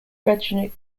graduate